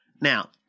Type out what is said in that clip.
Now